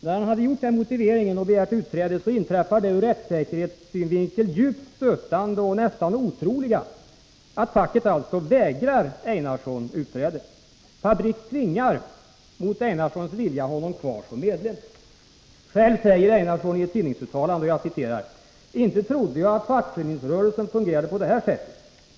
När han hade kommit med denna motivering och begärt utträde inträffade det ur rättssäkerhetssynvinkel djupt stötande och nästan otroliga att facket vägrade Einarsson utträde. Fabriks tvingade Einarsson kvar som medlem mot hans vilja. Själv säger Einarsson i ett tidningsuttalande: ”Inte trodde jag att fackföreningsrörelsen fungerade på det här sättet.